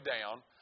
down